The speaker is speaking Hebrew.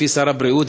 לפי שר הבריאות,